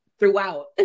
throughout